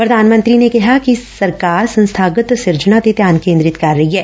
ਪ੍ਰਧਾਨ ਮੰਤਰੀ ਨੇ ਕਿਹਾ ਕਿ ਸਰਕਾਰ ਸੰਸਬਾਗਤ ਸਿਰਜਣਾ ਤੇ ਧਿਆਨ ਕੇਦਰਿਤ ਕਰਨ ਰਹੀ ਐ